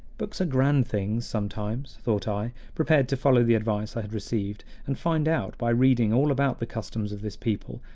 books are grand things sometimes, thought i, prepared to follow the advice i had received, and find out by reading all about the customs of this people,